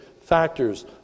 factors